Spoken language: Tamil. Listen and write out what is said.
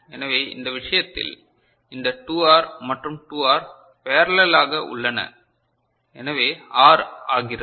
எனவே இந்த விஷயத்தில் இந்த 2 ஆர் மற்றும் 2 ஆர் பேரலல்லாக உள்ளன எனவே ஆர் ஆகிறது